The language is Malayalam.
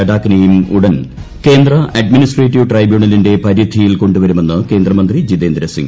ലഡാക്കിനേയും ഉടൻ ക്യേന്ദ് അഡ്മിനിസ്ട്രേറ്റീവ് ട്രൈബ്യൂണലിന്റെ പദ്ധിധിയിൽ കൊണ്ടുവരുമെന്ന് കേന്ദ്ര മന്ത്രി ജിതേന്ദ്രസിങ്